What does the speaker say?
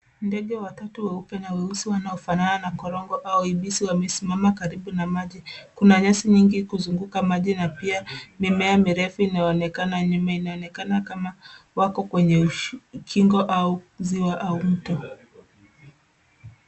Ndege watatu weupe na weusi wanafanana korongo au ibisi wamesimama karibu na maji, kuna nyasi nyingi kuzunguka maji na pia mimea mirefu inaonekana nyuma inaonekana kama wako kwenye ukingo au ziwa au mto.